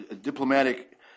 diplomatic